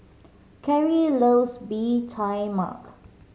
Carrie loves Bee Tai Mak